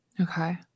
okay